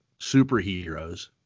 superheroes